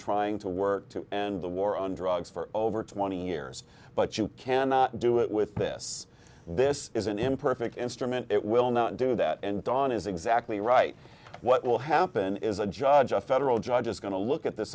trying to work to end the war on drugs for over twenty years but you cannot do it with this this is an imperfect instrument it will not do that and dawn is exactly right what will happen is a judge a federal judge is going to look at this